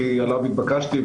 עליו התבקשתי,